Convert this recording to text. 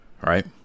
right